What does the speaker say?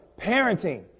parenting